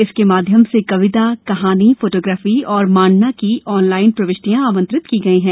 इसके माध्यम से कविता कहानी फोटोग्राफी और मांडना की ऑनलाइन प्रविष्टियां मंत्रित की है